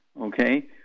Okay